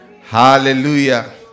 Hallelujah